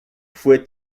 fue